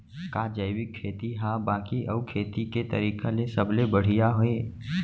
का जैविक खेती हा बाकी अऊ खेती के तरीका ले सबले बढ़िया हे?